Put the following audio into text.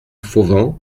fauvent